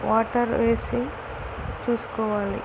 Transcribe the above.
water వేసి చూసుకోవాలి